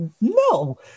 No